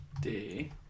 Day